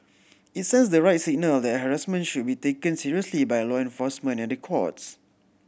it sends the right signal that harassment should be taken seriously by law enforcement and the courts